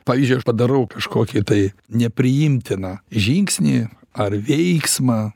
pavyzdžiui aš padarau kažkokį tai nepriimtiną žingsnį ar veiksmą